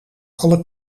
alle